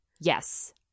yes